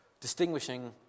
distinguishing